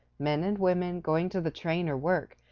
men and women, going to the train or work,